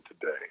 today